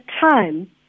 time